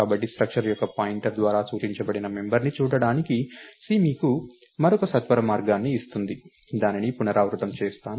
కాబట్టి స్ట్రక్టర్ యొక్క పాయింటర్ ద్వారా సూచించబడిన మెంబర్ ని చూడటానికి C మీకు మరొక సత్వర మార్గాన్ని ఇస్తుంది దానిని పునరావృతం చేస్తాను